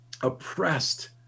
oppressed